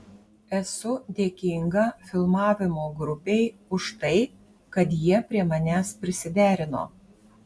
esu dėkinga filmavimo grupei už tai kad jie prie manęs prisiderino